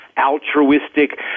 altruistic